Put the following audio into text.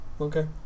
Okay